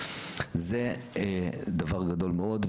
זה דבר גדול מאוד.